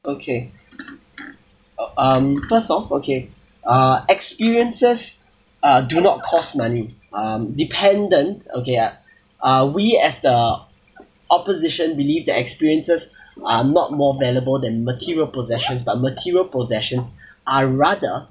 okay um first off okay uh experiences uh do not costs money um dependent okay ah uh we as the opposition believe that experiences are not more valuable than material possessions but material possessions are rather